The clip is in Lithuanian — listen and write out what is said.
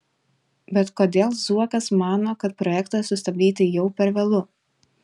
bet kodėl zuokas mano kad projektą sustabdyti jau per vėlu